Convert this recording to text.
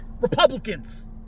Republicans